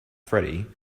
freddie